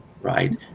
right